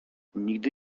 nigdy